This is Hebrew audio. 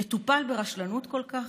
יטופל ברשלנות כל כך?